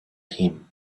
him